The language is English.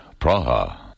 Praha